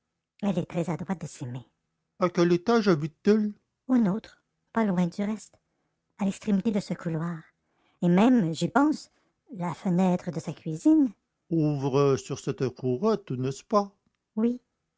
elle est très adroite de ses mains à quel étage habite t elle au nôtre pas loin du reste à l'extrémité de ce couloir et même j'y pense la fenêtre de sa cuisine ouvre sur cette courette n'est-ce pas oui